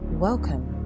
Welcome